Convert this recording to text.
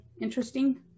interesting